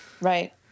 Right